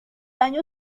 año